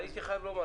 אני בעד